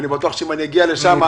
אני בטוח שאם אני אגיע אליכם,